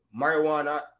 Marijuana